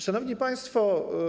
Szanowni Państwo!